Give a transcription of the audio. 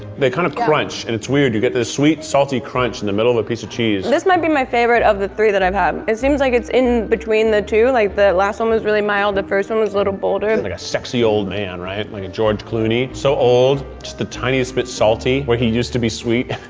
they kind of crunch and it's weird. you get this sweet, salty crunch in the middle of a piece of cheese. this might be my favorite of the three that i've had. it seems like it's in between the two, like the last one was really mild, the first one was a little bolder. and like a sexy old man, right? like a george clooney, so old, just the tiniest bit salty where he used to be sweet.